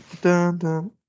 dun-dun